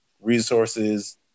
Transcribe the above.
resources